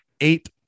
eight